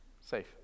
safe